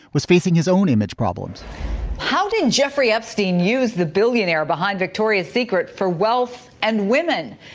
was facing his own image problems how did jeffrey epstein use the billionaire behind victoria's secret for wealth and women?